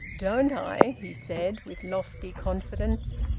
don't i! he said, with lofty confidence.